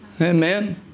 Amen